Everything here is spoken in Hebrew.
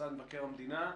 משרד מבקר המדינה.